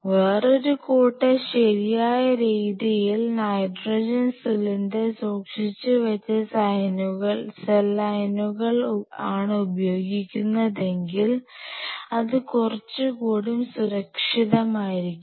വേറൊരു കൂട്ടർ ശരിയായ രീതിയിൽ നൈഡ്രജൻ സിലിണ്ടറിൽ സൂക്ഷിച്ചുവെച്ച സെൽ ലൈനുകൾ ആണ് ഉപയോഗിക്കുന്നതെങ്കിൽ അത് കുറച്ചുകൂടി സുരക്ഷിതമായിരിക്കും